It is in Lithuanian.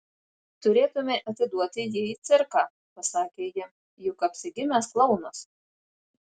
turėtumei atiduoti jį į cirką pasakė ji juk apsigimęs klounas